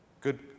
good